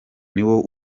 niwo